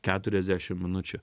keturiasdešim minučių